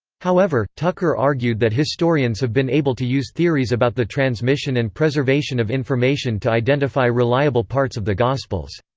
however, tucker argued that historians have been able to use theories about the transmission and preservation of information to identify reliable parts of the gospels.